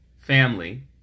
family